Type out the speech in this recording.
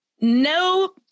No